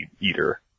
eater